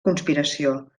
conspiració